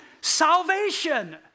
salvation